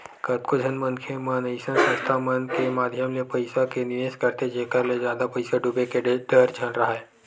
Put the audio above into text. कतको झन मनखे मन अइसन संस्था मन के माधियम ले पइसा के निवेस करथे जेखर ले जादा पइसा डूबे के डर झन राहय